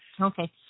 Okay